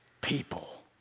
people